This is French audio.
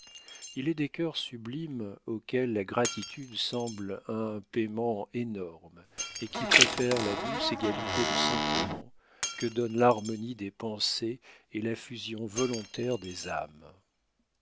il est des cœurs sublimes auxquels la gratitude semble un payement énorme et qui préfèrent la douce égalité de sentiment que donnent l'harmonie des pensées et la fusion volontaire des âmes